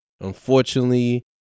unfortunately